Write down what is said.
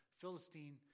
Philistine